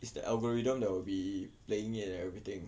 it's the algorithm that will be playing it and everything